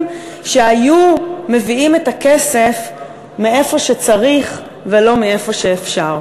שהיו מביאים את הכסף מהמקום שצריך ולא מהמקום שאפשר.